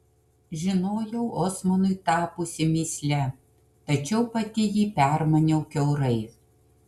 žinojau osmanui tapusi mįsle tačiau pati jį permaniau kiaurai